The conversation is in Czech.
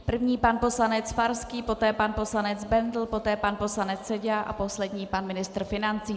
První pan poslanec Farský, poté pan poslanec Bendl, poté pan poslanec Seďa a poslední pan ministr financí.